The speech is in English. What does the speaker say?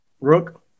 Rook